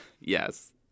Yes